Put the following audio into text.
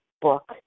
book